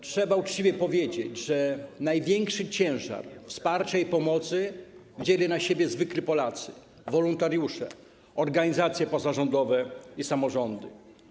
Trzeba uczciwie powiedzieć, że największy ciężar wsparcia i pomocy wzięli na siebie zwykli Polacy, wolontariusze, organizacje pozarządowe i samorządy.